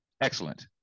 excellent